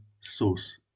source